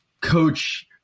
coach